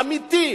אמיתי.